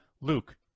Luke